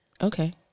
Okay